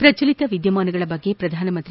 ಪ್ರಚಲಿತ ವಿದ್ಯಮಾನಗಳ ಬಗ್ಗೆ ಪ್ರಧಾನ ಮಂತ್ರಿ